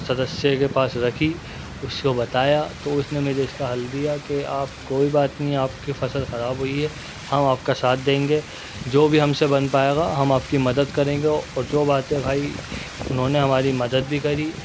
سدسیہ کے پاس رکھی اس کو بتایا تو اس نے مجھے اس کا حل دیا کہ آپ کوئی بات نہیں آپ کی فصل خراب ہوئی ہے ہم آپ کا ساتھ دیں گے جو بھی ہم سے بن پائے گا ہم آپ کی مدد کریں گے اور جو بات ہے بھائی انہوں نے ہماری مدد بھی کری